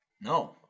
No